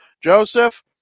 Joseph